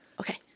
okay